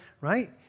right